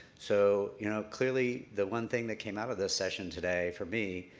so, you know, clearly, the one thing that came out of this session today, for me,